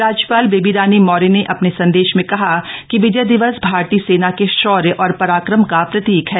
राज्य ाल बेबी रानी मौर्य ने अ ने संदेश में कहा कि विजय दिवस भारतीय सेना के शौर्य और राक्रम का प्रतीक है